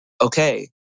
okay